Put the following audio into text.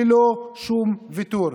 ללא שום ויתור.